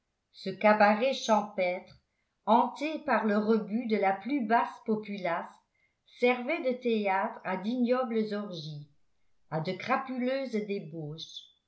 ce cabaret champêtre hanté pas le rebut de la plus basse populace servait de théâtre à d'ignobles orgies à de crapuleuses débauches